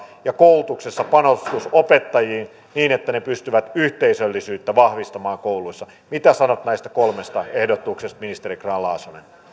ja koulutuksessa panostus opettajiin niin että he pystyvät yhteisöllisyyttä vahvistamaan kouluissa mitä sanotte näistä kolmesta ehdotuksesta ministeri grahn